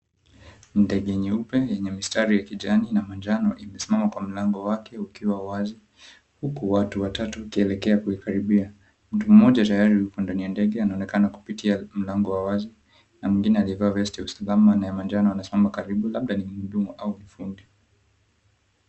Ndege nyeupe yenye mistari ya kijani na manjano, imesimama kwa mlango wake ukiwa wazi. Huku watu watatu wakielekea kuikaribia. Mtu mmoja tayari yuko ndani ya ndege, anaonekana kupitia mlango wa wazi. Na mwingine aliyevaa vesti ya usalama na ya manjano anasimama karibu, labda ni mhudumu au fundi.